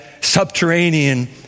subterranean